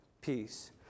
peace